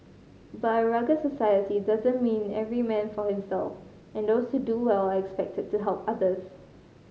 but a rugged society doesn't mean every man for himself and those who do well are expected to help others